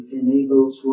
enables